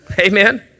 Amen